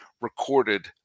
recorded